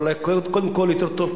אבל קודם כול יותר טוב,